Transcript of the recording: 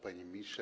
Panie Ministrze!